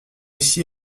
ici